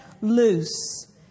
loose